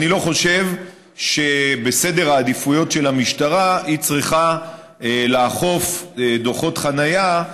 אני לא חושב שבסדר העדיפויות של המשטרה היא צריכה לאכוף דוחות חניה,